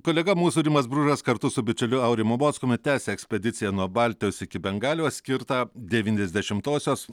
kolega mūsų rimas bružas kartu su bičiuliu aurimu mockumi tęsia ekspediciją nuo baltijos iki bengalijos skirtą devyniasdešimtosios